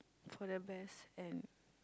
for the best and